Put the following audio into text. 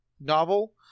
novel